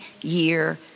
year